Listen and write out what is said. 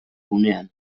gunean